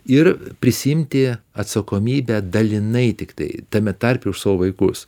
ir prisiimti atsakomybę dalinai tiktai tame tarpe už savo vaikus